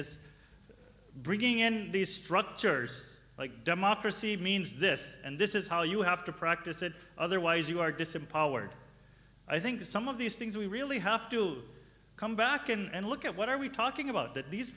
is bringing in these structures like democracy means this and this is how you have to practice it otherwise you are disempowered i think some of these things we really have to come back and look at what are we talking about that these